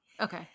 Okay